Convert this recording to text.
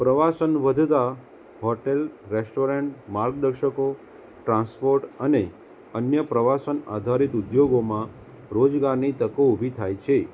પ્રવાસન વધતા hotel restaurant માર્ગદર્શકો ટ્રાન્સપોર્ટ અને અન્ય પ્રવાસન આધારિત ઉદ્યોગોમાં રોજગારની તકો ઊભી થાય છે